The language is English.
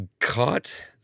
caught